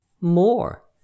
More